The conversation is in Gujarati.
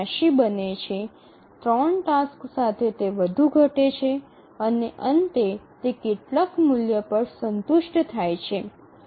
૮૨ બને છે 3 ટાસક્સ સાથે તે વધુ ઘટે છે અને અંતે તે કેટલાક મૂલ્ય પર સંતુષ્ટ થાય છે